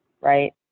right